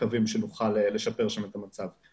מקווים שנוכל לשפר שם את המצב.